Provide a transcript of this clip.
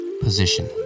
position